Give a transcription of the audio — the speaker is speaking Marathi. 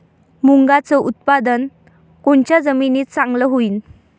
मुंगाचं उत्पादन कोनच्या जमीनीत चांगलं होईन?